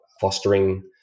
fostering